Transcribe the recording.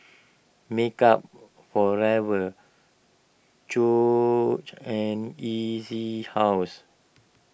Makeup Forever and E C House